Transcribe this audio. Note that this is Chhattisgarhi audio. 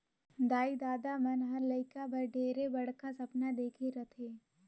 दाई ददा मन हर लेइका बर ढेरे बड़खा सपना देखे रथें